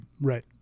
right